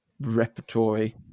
repertory